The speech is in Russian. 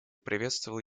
приветствовал